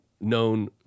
known